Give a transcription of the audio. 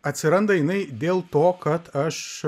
atsiranda jinai dėl to kad aš